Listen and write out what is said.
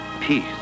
peace